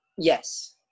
Yes